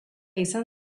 izan